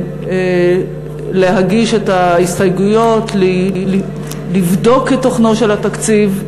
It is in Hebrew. ולהגיש את ההסתייגויות, לבדוק את תוכנו של התקציב.